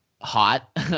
hot